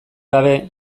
gabe